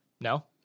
No